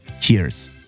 Cheers